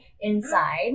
inside